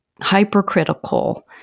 hypercritical